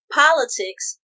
politics